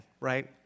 right